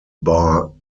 bar